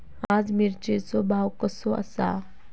आज मिरचेचो भाव कसो आसा?